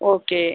okay